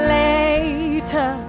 later